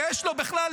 שיש לו בכלל,